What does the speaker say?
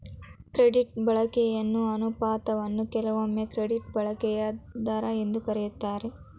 credit ಬಳಕೆಯ ಅನುಪಾತವನ್ನ ಕೆಲವೊಮ್ಮೆ ಕ್ರೆಡಿಟ್ ಬಳಕೆಯ ದರ ಎಂದು ಕರೆಯುತ್ತಾರೆ